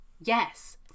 yes